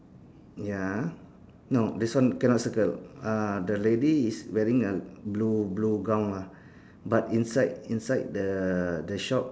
ya no this one cannot circle uh the lady is wearing a blue blue gown ah but inside inside the the shop